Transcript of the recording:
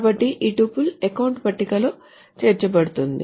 కాబట్టి ఈ tuple account పట్టికలో చేర్చబడుతుంది